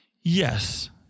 Yes